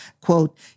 quote